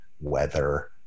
weather